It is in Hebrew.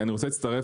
אני רוצה להצטרף,